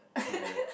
okay